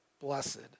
Blessed